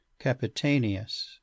capitanius